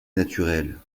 naturelle